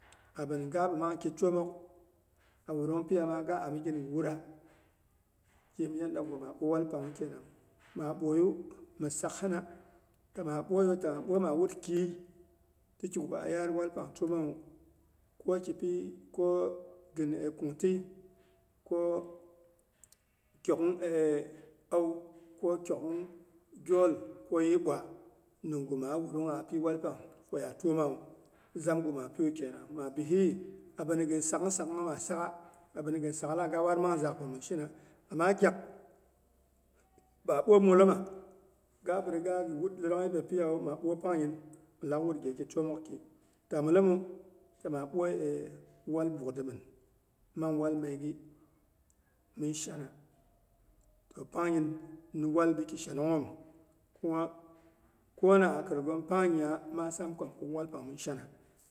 Abin gabi mangki twomok awurung piyama ga amin gɨ wura kim yandagu maa bwoi walpangnwu kenang. Maa boiyu mi sakhina, ta maa boiyu, ta ma boi maa wut khɨi, tikigu a yaar walpang twomawu, ko kipi koni kungtɨi ko kyoogh au ko kwoogh gyoi ko yɨiy bwa nimgu maa wurung api walpang ya twomawu. Zamgu maapiwu kenang. Mabihiyi, abini gin sak sak ngwu maa saggah, abini gin sa'gh laghai ga waad mang zagh hang mi shana. Ama gyak maa bwoi mwoloma ga biriga ghi wut lerong yiɓe piyawu maa bwoi pangnyin milak gheki twomoki. Tah milemu maa bwoi wal bukdimin, mang wal megi min shana, toh pangnyin miwal biki shananghom, kuma kona a khiri ghom pangnya maasam ko mi kuk walpangha min shana.